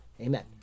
Amen